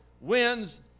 wins